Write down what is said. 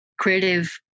creative